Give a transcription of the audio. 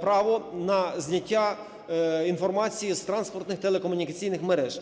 право на зняття інформації з транспортних телекомунікаційних мереж.